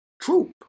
troop